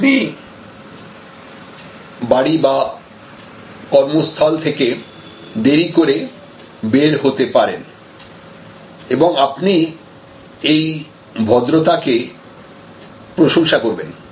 আপনি বাড়ি বা কর্মস্থল থেকে দেরি করে বের হতে পারেন এবং আপনি এই ভদ্রতা কে প্রশংসা করবেন